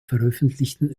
veröffentlichten